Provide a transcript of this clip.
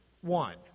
One